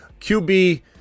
qb